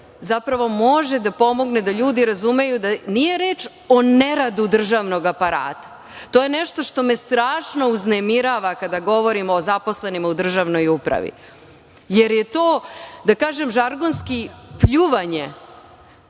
zapravo može da pomogne da ljudi razumeju da nije reč o neradu državnog aparata. To je nešto što me strašno uznemirava kada govorimo o zaposlenima u državnoj upravi, jer je to, da kažem žargonski, pljuvanje